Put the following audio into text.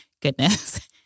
goodness